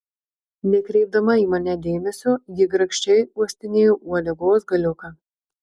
nekreipdama į mane dėmesio ji grakščiai uostinėjo uodegos galiuką